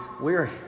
weary